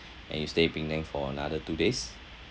and you stay penang for another two days